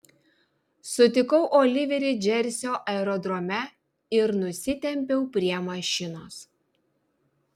sutikau oliverį džersio aerodrome ir nusitempiau prie mašinos